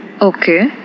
okay